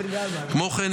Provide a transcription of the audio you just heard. כמו כן,